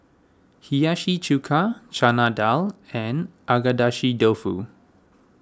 Hiyashi Chuka Chana Dal and Agedashi Dofu